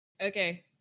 Okay